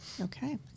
Okay